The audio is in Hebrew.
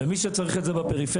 ומי שצריך את זה בפריפריה,